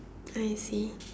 I see